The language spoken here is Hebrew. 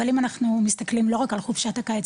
אבל אם אנחנו מסתכלים לא רק על חופשת הקיץ,